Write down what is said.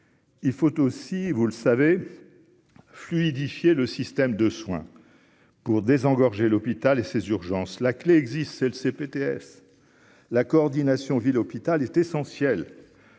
il faut aussi, vous le savez, fluidifier le système de soins pour désengorger l'hôpital et ses urgences la clé existe L C Pts la coordination ville hôpital est essentielle